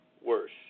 worse